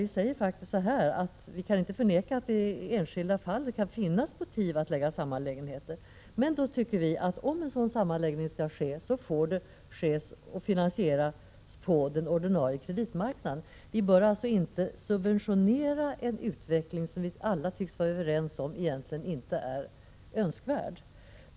Vi säger att vi inte kan förneka att det i enskilda fall kan finnas motiv att lägga samman lägenheter. Men vi tycker att om en sådana sammanläggning skall ske, så får den finansieras på den ordinarie kreditmarknaden. Vi bör alltså inte subventionera en utveckling som, enligt vad vi alla tycks vara överens om, egentligen inte är önskvärd.